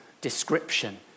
description